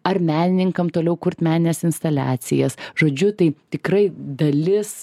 ar menininkam toliau kurt menines instaliacijas žodžiu tai tikrai dalis